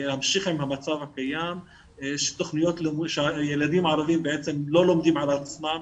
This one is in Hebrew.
להמשיך עם המצב הקיים שילדים ערבים בעצם לא לומדים על עצמם,